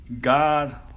God